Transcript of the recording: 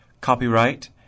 Copyright